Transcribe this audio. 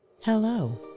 Hello